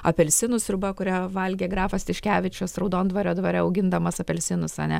apelsinų sriuba kurią valgė grafas tiškevičius raudondvario dvare augindamas apelsinus ane